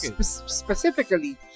specifically